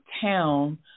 town